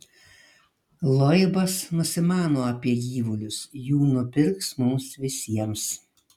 loibas nusimano apie gyvulius jų nupirks mums visiems